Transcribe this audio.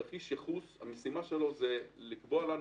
המשימה של תרחיש הייחוס היא לקבוע לנו